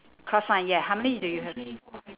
cross sign ya how many do you have